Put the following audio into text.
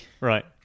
Right